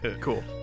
Cool